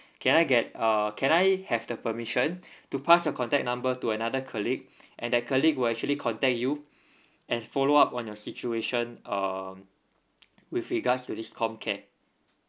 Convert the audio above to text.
can I get uh can I have the permission to pass your contact number to another colleague and that colleague will actually contact you and follow up on your situation um with regards to this comcare